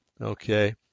okay